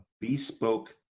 bespoke